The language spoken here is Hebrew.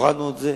הורדנו את זה.